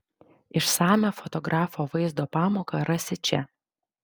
išsamią fotografo vaizdo pamoką rasi čia